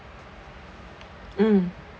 mm